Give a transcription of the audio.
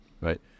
Right